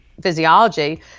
physiology